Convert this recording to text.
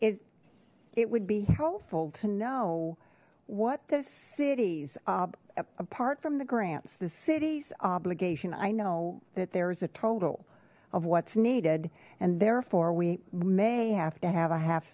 is it would be helpful to know what the city's apart from the grants the city's obligation i know that there is a total of what's needed and therefore we may have to have a half